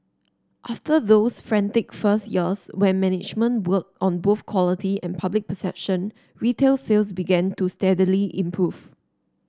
after those frantic first years when management worked on both quality and public perception retail sales began to steadily improve